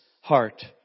heart